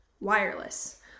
wireless